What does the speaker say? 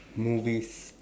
movies